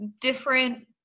different